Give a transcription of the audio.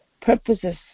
purposes